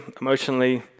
emotionally